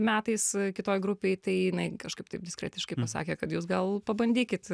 metais kitoj grupėj tai jinai kažkaip taip diskretiškai pasakė kad jūs gal pabandykit